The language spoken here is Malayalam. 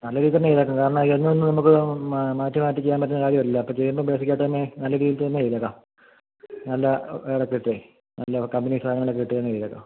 നല്ല രീതിയിൽ തന്നെ ചെയ്തേക്കാം കാരണം എന്നുമെന്നും നമുക്ക് മാറ്റി മാറ്റി ചെയ്യാൻ പറ്റുന്ന കാര്യമല്ലല്ലോ അപ്പോൾ ചെയ്യുമ്പം ബേസിക്കായിട്ട് തന്നെ നല്ല രീതിയിൽ തന്നെ ചെയ്തേക്കാം നല്ല വയറൊക്കെയിട്ട് നല്ല കമ്പനി സാധനങ്ങളൊക്കെയിട്ട് തന്നെ ചെയ്തേക്കാം